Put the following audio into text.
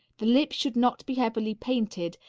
the lips should not be heavily painted,